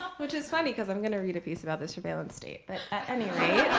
which is funny, because i'm going to read a piece about the surveillance state, but anyway.